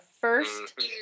first